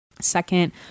Second